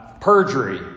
perjury